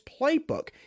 playbook